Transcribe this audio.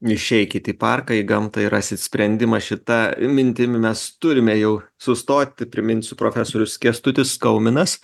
išeikit į parką į gamtą ir rasit sprendimą šita mintimi mes turime jau sustoti priminsiu profesorius kęstutis skauminas